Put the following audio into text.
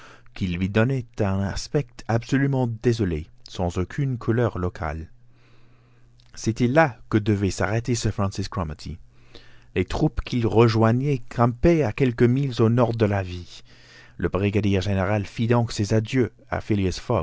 qui lui donnaient un aspect absolument désolé sans aucune couleur locale c'était là que devait s'arrêter sir francis cromarty les troupes qu'il rejoignait campaient à quelques milles au nord de la ville le brigadier général fit donc ses adieux à